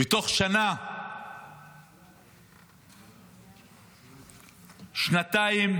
ובתוך שנה-שנתיים,